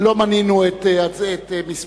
ולא מנינו את מספרם.